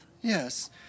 Yes